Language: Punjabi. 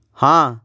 ਹਾਂ